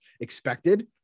expected